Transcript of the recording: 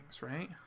right